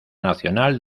nacional